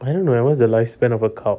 I don't know what is the lifespan of a cow